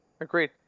Agreed